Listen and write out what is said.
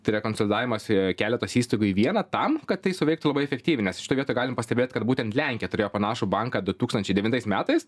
tai yra konsplidavimąsi keletas įstaigų į vieną tam kad tai suveiktų labai efektyviai nes šitoj vietoj galim pastebėt kad būtent lenkija turėjo panašų banką du tūkstančiai devintais metais